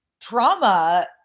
trauma